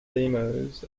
demos